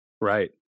Right